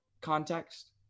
context